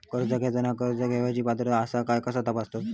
कर्ज घेताना कर्ज घेवची पात्रता आसा काय ह्या कसा तपासतात?